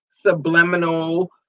subliminal